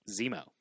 Zemo